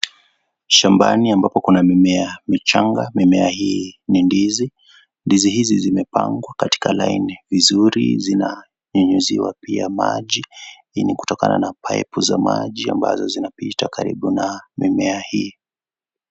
Shambani ambapo kuna mimea michanga. Mimea hii ni ndizi. Ndizi hizi zimepangwa katika laini nzuri zinanyunyiziwa pia maji ili kutokana na pipu za maji ambazo zinazopita karibu na mimea hii.